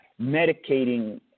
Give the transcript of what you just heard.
medicating